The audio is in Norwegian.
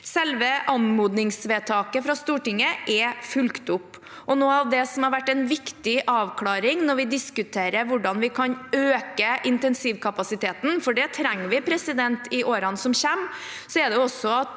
Selve anmodningsvedtaket fra Stortinget er fulgt opp, og noe av det som har vært en viktig avklaring når vi diskuterer hvordan vi kan øke intensivkapasiteten – for det trenger vi i årene som kommer